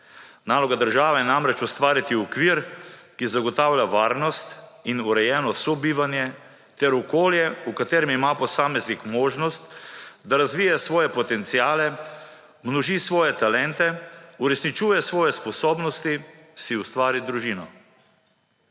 Naloga država je namreč ustvariti okvir, ki zagotavlja varnost in urejenost sobivanje ter okolje, v katerem ima posameznik možnost, da razvije svoje potenciale, množi svoje talente, uresničuje svoje sposobnosti, si ustvari družino.